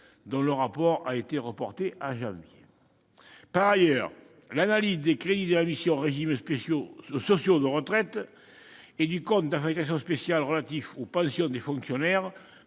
du rapport a été reportée au mois de janvier. Par ailleurs, l'analyse des crédits de la mission « Régimes sociaux et de retraite » et du compte d'affectation spéciale relatif aux pensions des fonctionnaires